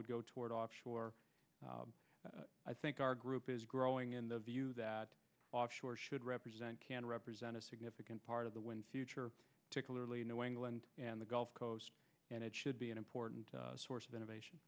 would go toward offshore i think our group is growing in the view that offshore should represent can represent a significant part of the wind future to clearly new england and the gulf coast and it should be an important source of innovation